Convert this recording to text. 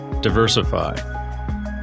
Diversify